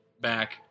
back